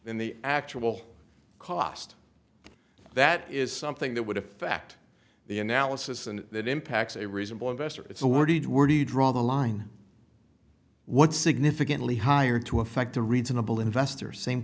than the actual cost that is something that would affect the analysis and that impacts a reasonable investor it's awarded were do you draw the line what significantly higher to affect the reasonable investor same